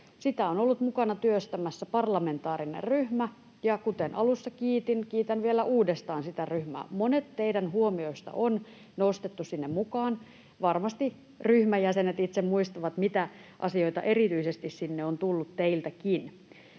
Sitä on ollut mukana työstämässä parlamentaarinen ryhmä, ja kuten alussa kiitin, kiitän vielä uudestaan sitä ryhmää. Monet teidän huomioistanne on nostettu sinne mukaan. Varmasti ryhmän jäsenet itse muistavat, mitä asioita erityisesti sinne on tullut teiltäkin.